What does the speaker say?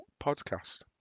podcast